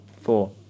Four